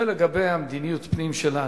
זה לגבי מדיניות הפנים שלנו.